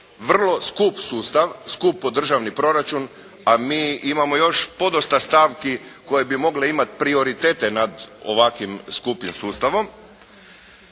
vrlo skup sustav, skup po državni proračun, a mi imamo još podosta stavki koje bi mogle imati prioritete nad ovakvim skupim sustavom